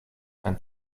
and